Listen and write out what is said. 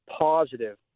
positive